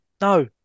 No